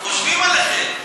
חושבים עליכם.